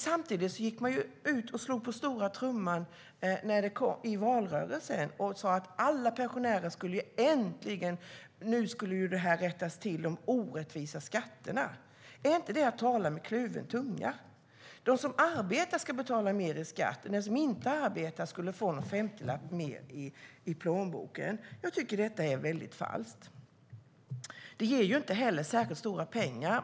Samtidigt gick man ut och slog på stora trumman i valrörelsen och sa att de orättvisa skatterna nu äntligen skulle rättas till för alla pensionärer. Är inte det att tala med kluven tunga? De som arbetar ska betala mer i skatt. Den som inte arbetar skulle få någon femtiolapp mer plånboken. Jag tycker att det är väldigt falskt. Det ger heller inte särskilt stora pengar.